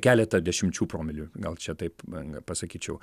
keletą dešimčių promilių gal čia taip pasakyčiau